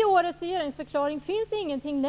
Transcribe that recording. I årets regeringsförklaring nämns ingenting